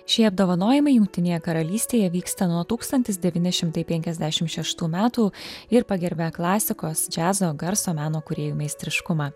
šie apdovanojimai jungtinėje karalystėje vyksta nuo tūkstantis devyni šimtai penkiasdešim šeštų metų ir pagerbė klasikos džiazo garso meno kūrėjų meistriškumą